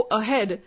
ahead